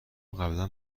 قبلا